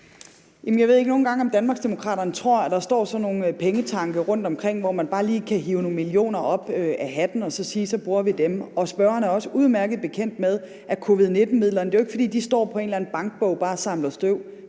Jeg ved ikke nogle gange, om Danmarksdemokraterne tror, at der står sådan nogle pengetanke rundtomkring, hvor man bare lige kan hive nogle millioner op og sige, at så bruger vi dem. Spørgeren er også udmærket bekendt med, at covid-19-midlerne ikke bare står på en eller anden bankbog og samler støv.